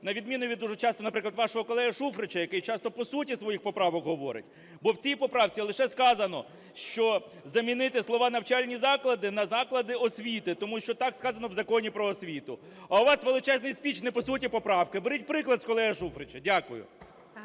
на відміну від дуже часто, наприклад, вашого колеги Шуфрича, який часто по суті своїх поправок говорить. Бо в цій поправці лише сказано, що замінити слова "навчальні заклади" на "заклади освіти", тому що так сказано в Законі "Про освіту". А у вас величезний спіч не по суті поправки, беріть приклад з колеги Шуфрича. Дякую.